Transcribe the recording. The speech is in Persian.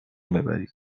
ببرید